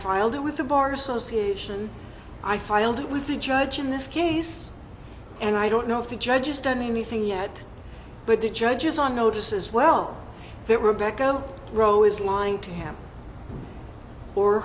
filed it with the bar association i filed it with the judge in this case and i don't know if the judge is tony anything yet but the judge is on notice as well that rebecca rowe is lying to him or